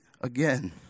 again